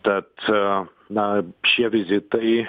tad na šie vizitai